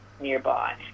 nearby